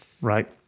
right